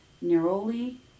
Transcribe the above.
Neroli